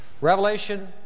Revelation